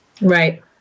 Right